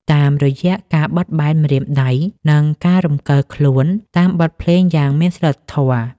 តាមរយៈការបត់បែនម្រាមដៃ និងការរំកិលខ្លួនតាមបទភ្លេងយ៉ាងមានសីលធម៌។